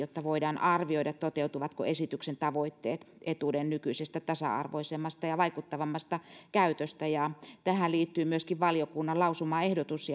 jotta voidaan arvioida toteutuvatko esityksen tavoitteet etuuden nykyisestä tasa arvoisemmasta ja vaikuttavammasta käytöstä tähän liittyy myöskin valiokunnan lausumaehdotus